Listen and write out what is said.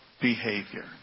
behavior